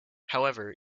however